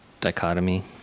dichotomy